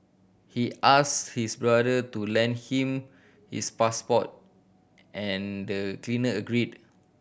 he asked his brother to lend him his passport and the cleaner agreed